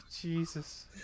jesus